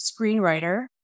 screenwriter